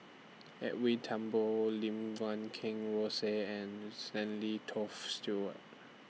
Edwin Thumboo Lim Guat Kheng Rosie and Stanley Toft Stewart